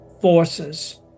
forces